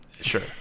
Sure